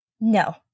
No